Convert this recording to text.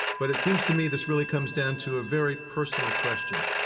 but it seems to me this really comes down to a very personal question.